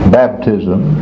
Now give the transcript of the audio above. baptism